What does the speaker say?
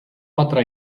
patra